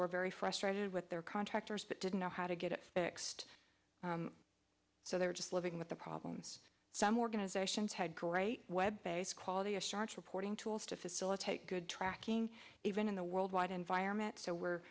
were very frustrated with their contractors but didn't know how to get it fixed so they were just living with the problems some organizations had great web based quality assurance reporting tools to facilitate good tracking even in the worldwide environment so we're